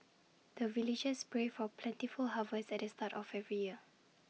the villagers pray for plentiful harvest at the start of every year